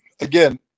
again